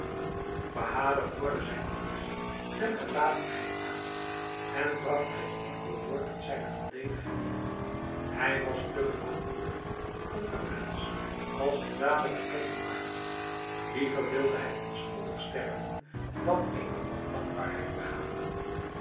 bahader hoorde zijn vonnis met gelatenheid aan en bragt geen enkel woord tot zijne verdediging in hij was te grootmoedig om den prins als den dader bekend te maken liever wilde hij onschuldig sterven dan eene ondankbaarheid begaan